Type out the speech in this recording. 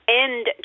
end